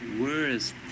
worst